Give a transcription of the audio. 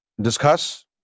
discuss